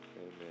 Amen